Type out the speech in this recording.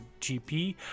gp